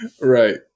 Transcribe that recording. Right